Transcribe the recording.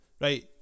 right